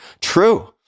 True